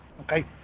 okay